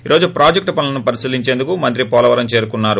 ఈ రోజు ప్రాజెక్ట్ పనులను పరిశీలించేందుకు మంత్రి పోలవరం చేరుకున్నారు